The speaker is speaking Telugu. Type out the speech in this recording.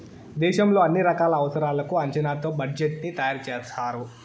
దేశంలో అన్ని రకాల అవసరాలకు అంచనాతో బడ్జెట్ ని తయారు చేస్తారు